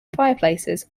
fireplaces